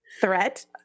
threat